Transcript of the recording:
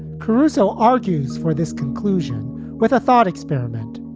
caruso argues for this conclusion with a thought experiment